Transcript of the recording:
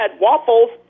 waffles